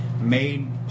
made